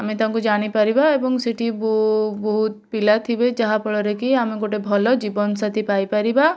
ଆମେ ତାଙ୍କୁ ଜାଣିପାରିବା ଏବଂ ସେଠି ବହୁତ ପିଲା ଥିବେ ଯାହାଫଳରେ କି ଆମେ ଗୋଟେ ଭଲ ଜୀବନସାଥି ପାଇପାରିବା